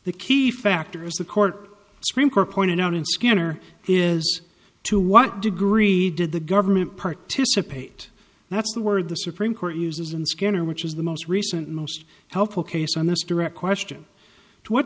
the key factor is the court scream core pointed out in skinner is to what degree did the government participate that's the word the supreme court uses and scanner which is the most recent most helpful case on this direct question to what